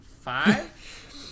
five